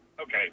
okay